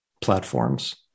platforms